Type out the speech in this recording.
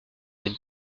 une